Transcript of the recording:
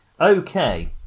Okay